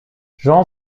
jean